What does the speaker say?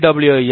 W